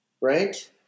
right